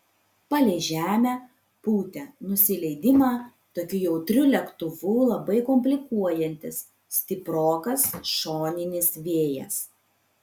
palei žemę pūtė nusileidimą tokiu jautriu lėktuvu labai komplikuojantis stiprokas šoninis vėjas